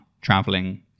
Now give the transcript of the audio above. traveling